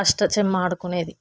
అష్టాచమ్మా ఆడుకునేది